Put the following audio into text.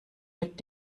mit